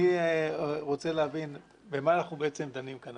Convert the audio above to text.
אני רוצה להבין במה בעצם אנחנו דנים כאן.